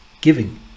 giving